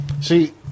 See